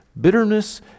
Bitterness